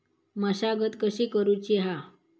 मशागत कशी करूची हा?